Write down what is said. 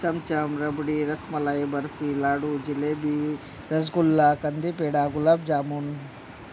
चमचम रबडी रसमलाई बर्फी लाडू जलेबी रसगुल्ला कंदी पेडा गुलाब जामुन